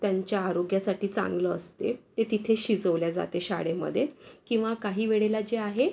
त्यांच्या आरोग्यासाठी चांगलं असते ते तिथे शिजवले जाते शाळेमध्ये किंवा काहीवेळेला जे आहे